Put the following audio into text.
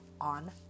on